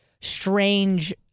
strange